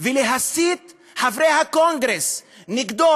ולהסית חברי הקונגרס נגדו,